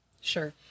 Sure